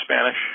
Spanish